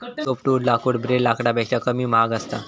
softwood लाकूड ब्रेड लाकडापेक्षा कमी महाग असता